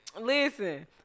Listen